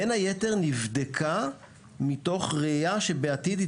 בין היתר נבדקה מתוך ראייה שבעתיד היא